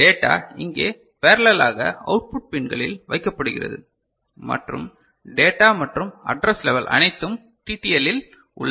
data இங்கே பேரள்ளளாக output பின்களில் வைக்கப்படுகிறது மற்றும் டேட்டா மற்றும் அட்ரஸ் லெவல் அனைத்தும் TTL இல் உள்ளன